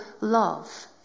love